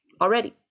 already